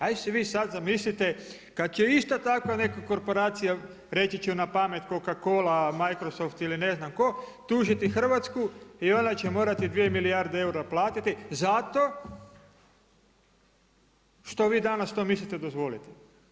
Ajde si vi sad zamislite kad će ista takva neka korporacija reći ću napamet Coca-Cola, Microsoft ili ne znam tko, tužiti Hrvatsku i onda će morati 2 milijarde eura platiti zato što vi danas to mislite dozvoliti.